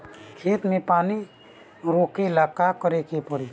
खेत मे पानी रोकेला का करे के परी?